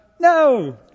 No